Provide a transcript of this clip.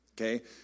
Okay